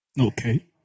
Okay